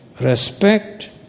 Respect